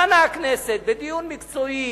דנה הכנסת בדיון מקצועי,